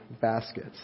baskets